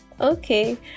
Okay